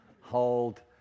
hold